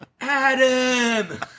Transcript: Adam